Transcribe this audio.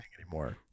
anymore